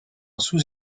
sous